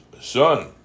son